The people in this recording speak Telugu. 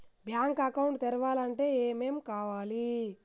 బ్యాంక్ అకౌంట్ తెరవాలంటే ఏమేం కావాలి?